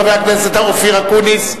חבר הכנסת אופיר אקוניס.